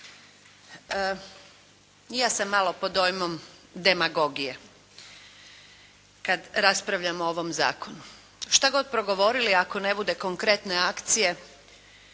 ja sam malo pod dojmom demagogije kad raspravljamo o ovom zakonu. Što god progovorili ako ne bude konkretne akcije